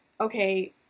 okay